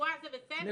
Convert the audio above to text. ברפואה זה בסדר?